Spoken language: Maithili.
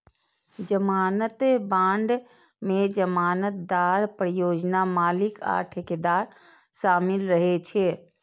जमानत बांड मे जमानतदार, परियोजना मालिक आ ठेकेदार शामिल रहै छै